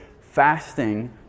fasting